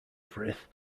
frith